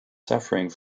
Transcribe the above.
suffering